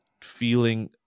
feeling